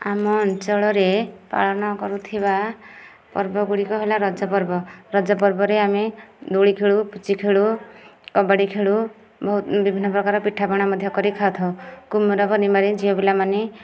ଆମ ଅଞ୍ଚଳରେ ପାଳନ କରୁଥିବା ପର୍ବ ଗୁଡ଼ିକ ହେଲା ରଜ ପର୍ବ ରଜ ପର୍ବରେ ଆମେ ଦୋଳି ଖେଳୁ ପୁଚି ଖେଳୁ କବାଡ଼ି ଖେଳୁ ବିଭିନ୍ନ ପ୍ରକାରର ପିଠାପଣା ମଧ୍ୟ କରି ଖାଉଥାଉ କୁମାର ପୂର୍ଣିମାରେ ଝିଅପିଲା ମାନେ